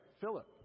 Philip